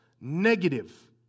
Negative